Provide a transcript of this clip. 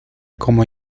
cómo